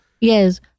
Yes